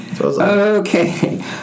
Okay